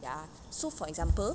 ya so for example